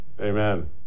amen